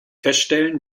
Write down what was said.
feststellen